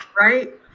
right